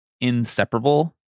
inseparable